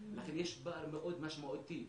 לכן יש פער מאוד משמעותי.